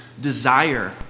desire